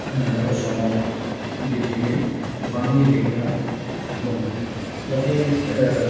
ओ असमाव बिदिहै गोबां गेलेग्रा दं दा बे ओ